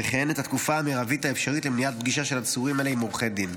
וכן את התקופה המרבית האפשרית למניעת פגישה של עצורים אלה עם עורכי דין.